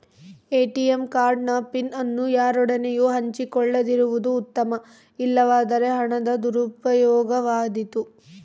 ATM card ನ pin ಅನ್ನು ಯಾರೊಡನೆಯೂ ಹಂಚಿಕೊಳ್ಳದಿರುವುದು ಉತ್ತಮ, ಇಲ್ಲವಾದರೆ ಹಣದ ದುರುಪಯೋಗವಾದೀತು